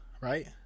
right